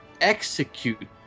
execute